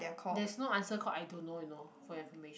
there is no answer called I don't know you know for your information